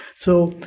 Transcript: so,